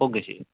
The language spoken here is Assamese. ক'ত গেছি